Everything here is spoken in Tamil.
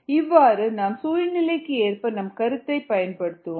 இவ்வாறு நாம் சூழ்நிலைக்கு ஏற்ப இந்த கருத்தை பயன்படுத்துவோம்